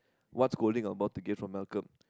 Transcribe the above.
what's scolding I'm about to get from Malcolm